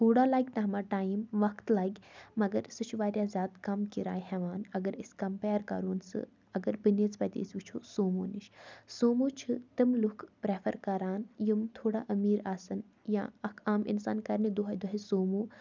تھوڑا لَگہِ تما ٹایِم وَقت لَگہِ مگر سُہ چھُ وارِیاہ زیادٕ کَم کِراے ہٮ۪وان اگر أسۍ کَمپیر کَرُن سُہ اگر بَنیز پَتہٕ أسۍ وٕچھو سومو نِش سومو چھِ تِم لُکھ پرٮ۪فَر کَران یِم تھوڑا امیٖر آسَن یا اَکھ عام اِنسان کَرنہِ دۄہَے دۄہَے سومو